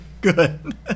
Good